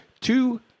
Two-